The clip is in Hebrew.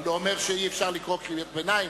אני לא אומר שאי-אפשר לקרוא קריאות ביניים,